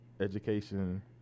education